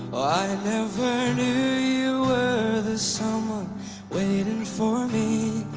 never knew you were the someone waiting for me